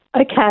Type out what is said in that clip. Okay